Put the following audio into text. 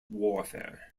warfare